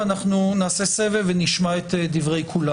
אנחנו נעשה סבב ונשמע את דברי כולם.